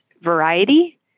variety